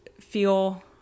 feel